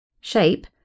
Shape